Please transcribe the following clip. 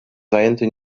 zajęty